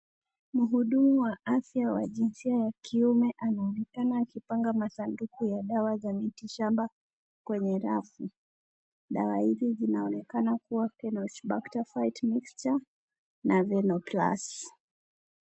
Mhudumu wa afya wa jinsia ya kiume anaonekana akipanga masanduku ya dawa ya miti shamba kwenye rafu, dawa hizi zinaonekana kuwa mixture na xenoplast .